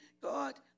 God